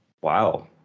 Wow